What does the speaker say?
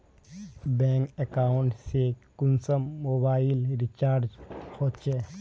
Bank account से कुंसम mobile recharge होचे?